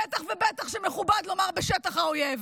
בטח ובטח שמכובד לומר בשטח האויב.